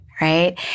right